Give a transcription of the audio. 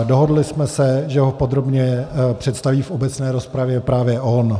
Dohodli jsme se, že ho podrobně představí v obecné rozpravě právě on.